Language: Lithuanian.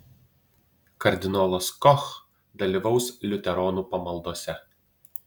kardinolas koch dalyvaus liuteronų pamaldose